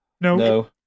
No